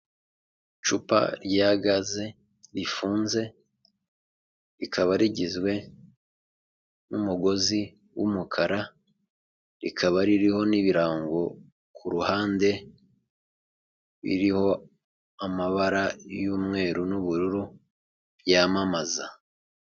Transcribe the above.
Icupa rya gaze rifunze rikaba rigizwe n'umugozi w'umukara rikaba ririho n'ibirango ku ruhande biriho amabara y'umweru n'ubururu byamamaza.